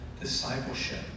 discipleship